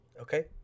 Okay